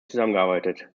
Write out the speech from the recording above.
zusammengearbeitet